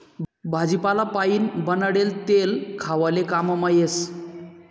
भाजीपाला पाइन बनाडेल तेल खावाले काममा येस